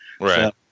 Right